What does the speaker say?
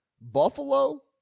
Buffalo